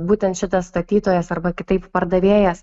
būtent šitas statytojas arba kitaip pardavėjas